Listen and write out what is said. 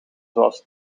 zoals